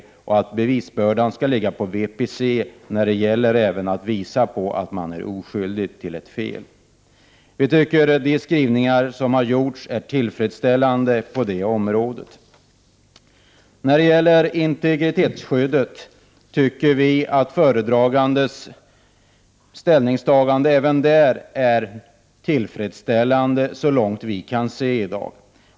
Vidare skall bevisbördan ligga hos Värdepapperscentralen när det gäller att bevisa att man är oskyldig till ett fel. Vi tycker att de skrivningar som gjorts är tillfredsställande på det här området. När det gäller integritetsskyddet tycker vi att föredragandes ställningstagande är tillfredsställande så långt vi kan se i dag.